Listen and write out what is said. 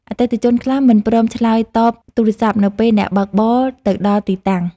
អតិថិជនខ្លះមិនព្រមឆ្លើយតបទូរសព្ទ នៅពេលអ្នកបើកបរទៅដល់ទីតាំង។